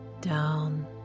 down